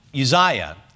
Uzziah